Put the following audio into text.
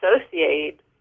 associate